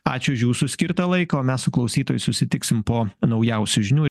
ačiū už jūsų skirtą laiką o mes su klausytojais susitiksim po naujausių žinių